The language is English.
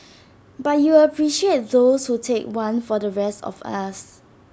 but you appreciate those who take one for the rest of us